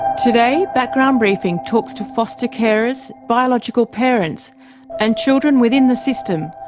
today, background briefing talks to foster carers, biological parents and children within the system,